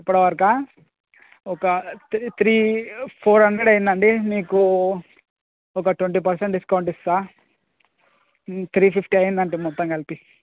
ఇప్పుడు వరకా ఒక త్రీ త్రీ ఫోర్ హండ్రెడ్ అయిందండీ మీకు ఒక ట్వంటీ పర్సెంట్ డిస్కౌంట్ ఇస్తాను త్రీ ఫిఫ్టీ అయ్యింది అండి మొత్తం కలిపి